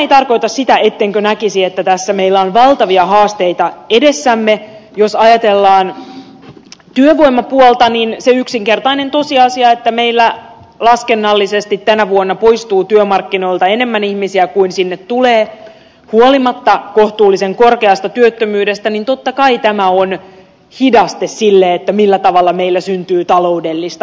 tarkoita sitä ettenkö näkisi että tässä meillä on valtavia haasteita edessämme jos ajatellaan jo monia läheltä niin yksinkertainen tosiasia että meillä laskennallisesti tänä vuonna poistuu työmarkkinoilta enemmän ihmisiä kuin sinne tulee huolimatta kohtuullisen korkeasta työttömyydestä niin totta kai tämä on nyt hidaste sille millä tavalla meille syntyy taloudellista